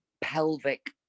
pelvic